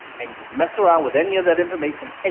and you mess around with any of that information,